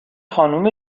خانم